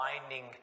finding